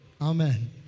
Amen